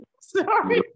Sorry